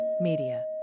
Media